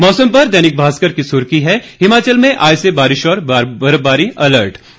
मौसम पर दैनिक भास्कर की सुर्खी है हिमाचल में आज से बारिश और बर्फबारी अलर्ट जारी